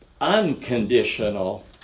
unconditional